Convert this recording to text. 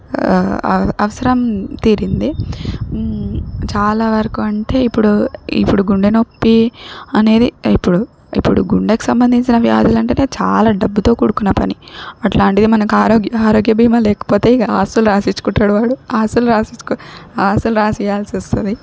అవసరం తీరింది చాలావరకు అంటే ఇప్పుడు ఇప్పుడు గుండెనొప్పి అనేది ఇప్పుడు ఇప్పుడు గుండెకు సంబంధించిన వ్యాధులు అంటేనే చాలా డబ్బుతో కూడుకున్న పని అట్లాంటిది మనకారోగ్య ఆరోగ్య బీమా లేకపోతేగా ఇక ఆస్తులు రాయించుకుంటాడు వాడు ఆస్తులు రాసిచ్చుకో ఆస్తులు రాసివ్వాల్సి వస్తుంది